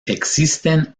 existen